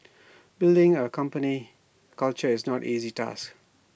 building A company culture is not easy task